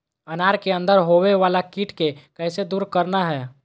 अनार के अंदर होवे वाला कीट के कैसे दूर करना है?